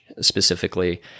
specifically